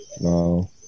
No